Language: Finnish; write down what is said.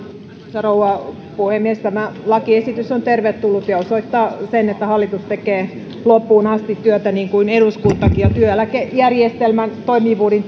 rouva puhemies tämä lakiesitys on tervetullut ja osoittaa sen että hallitus tekee loppuun asti työtä niin kuin eduskuntakin työeläkejärjestelmän toimivuuden